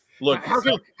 Look